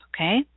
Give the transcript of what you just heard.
okay